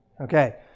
Okay